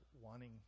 wanting